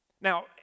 Now